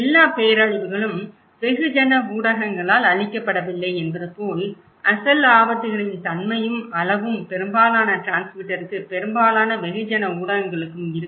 எல்லா பேரழிவுகளும் வெகுஜன ஊடகங்களால் அளிக்கப்படவில்லை என்பது போல அசல் ஆபத்துகளின் தன்மையும் அளவும் பெரும்பாலான டிரான்ஸ்மிட்டருக்கு பெரும்பாலான வெகுஜன ஊடகங்களுக்கும் இருக்கும்